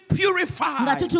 purified